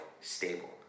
stable